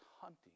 hunting